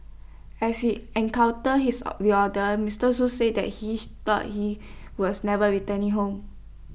as he encounter his reorder Mister Shoo said that he thought he was never returning home